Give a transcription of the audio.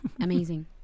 Amazing